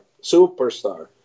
superstar